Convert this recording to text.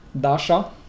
Dasha